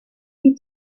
you